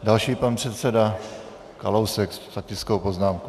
Další je pan předseda Kalousek s faktickou poznámkou.